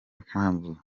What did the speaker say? mpamvu